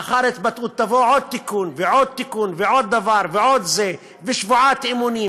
ולאחר התבטאות יבוא עוד תיקון ועוד תיקון ועוד דבר ושבועת אמונים.